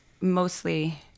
mostly